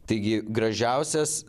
taigi gražiausias